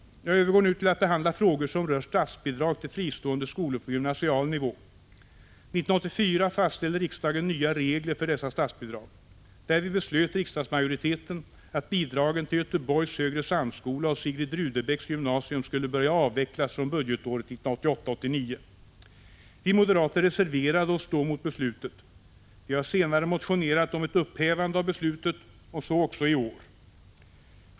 Jag övergår nu till att behandla frågor som rör statsbidrag till fristående skolor på gymnasial nivå. 1984 fastställde riksdagen nya regler för dessa statsbidrag. Därvid beslöt riksdagsmajoriteten att bidragen till Göteborgs Högre Samskola och Sigrid Rudebecks Gymnasium skulle börja avvecklas från budgetåret 1988/89. Vi moderater reserverade oss då mot beslutet. Vi har senare motionerat om ett upphävande av beslutet, så också i år.